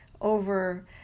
over